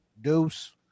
deuce